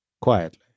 quietly